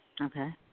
Okay